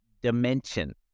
dimension